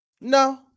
No